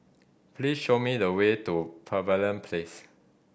please show me the way to Pavilion Place